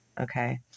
okay